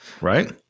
Right